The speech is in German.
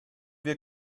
wir